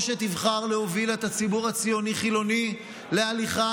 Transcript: או שתבחר להוביל את הציבור הציוני-חילוני להליכה